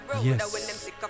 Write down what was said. yes